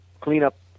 cleanup